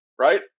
Right